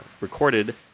recorded